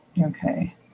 Okay